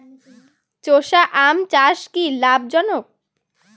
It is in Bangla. চোষা আম চাষ কি লাভজনক?